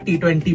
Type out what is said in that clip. T20